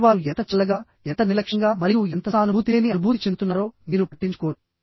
మరియు వారు ఎంత చల్లగాఎంత నిర్లక్ష్యంగా మరియు ఎంత సానుభూతిలేని అనుభూతి చెందుతున్నారో మీరు పట్టించుకోరు